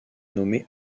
nommée